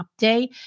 update